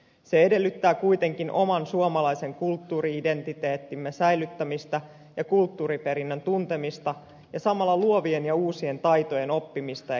se edellyttää kuitenkin oman suomalaisen kulttuuri identiteettimme säilyttämistä ja kulttuuriperinnön tuntemista ja samalla luovien ja uusien taitojen oppimista ja kehittämistä